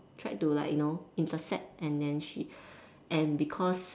tried to like you know intercept and then she and because